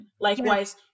Likewise